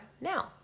now